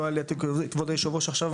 לא היה לי העתק להביא לכבוד היושב ראש עכשיו,